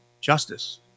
justice